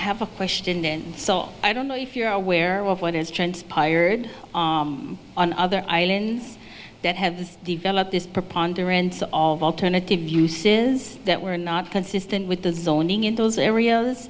have a question then so i don't know if you're aware of what has transpired on other islands that have developed this preponderance of alternative use is that we're not consistent with the zoning in those areas